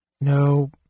No